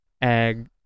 egg